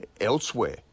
elsewhere